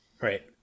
Right